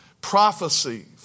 prophecy